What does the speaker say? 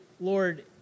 Lord